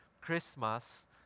Christmas